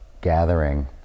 gathering